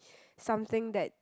something that